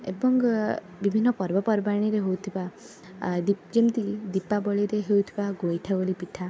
ଏବଂ ବିଭିନ୍ନ ପର୍ବପର୍ବାଣୀରେ ହଉଥିବା ଦିପ ଯେମିତି ଦୀପାବଳିରେ ହେଉଥିବା ଗଇଁଠାଗୋଳି ପିଠା